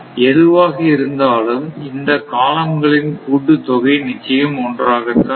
எதுவாக இருந்தாலும் இந்த காலம் களின் கூட்டுத்தொகை நிச்சயம் ஒன்றாகத்தான் இருக்கும்